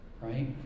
right